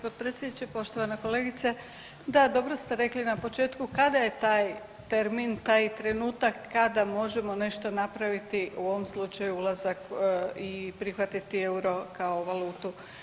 Poštovani potpredsjedniče, poštovana kolegice da dobro ste rekli na početku kada je taj termin, taj trenutak kada možemo nešto napraviti u ovom slučaju ulazak i prihvatiti euro kao valutu.